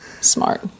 Smart